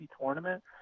tournament